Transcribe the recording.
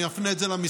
אני אפנה את זה למשרד,